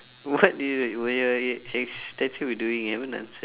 what do you will your y~ sta~ statue be doing you haven't answered